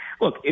look